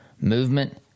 movement